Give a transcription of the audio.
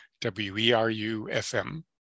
WERU-FM